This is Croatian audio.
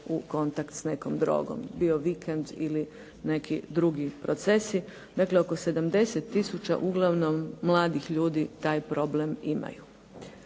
u kontakt s nekom drogom bio vikend ili neki drugi procesi. Dakle, oko 70 tisuća uglavnom mladih ljudi taj problem imaju.